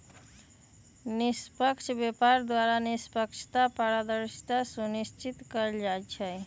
निष्पक्ष व्यापार द्वारा निष्पक्षता, पारदर्शिता सुनिश्चित कएल जाइ छइ